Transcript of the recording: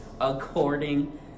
according